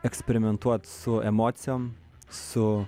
eksperimentuot su emocijom su